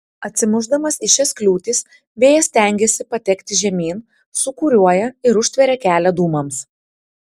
atsimušdamas į šias kliūtis vėjas stengiasi patekti žemyn sūkuriuoja ir užtveria kelią dūmams